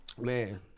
Man